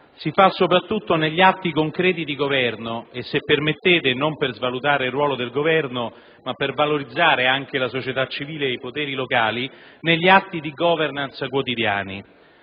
realizza soprattutto negli atti concreti di governo e se permettete - non per svalutare il ruolo del Governo, ma per valorizzare anche la società civile ed i poteri locali - negli atti di *governance* quotidiani.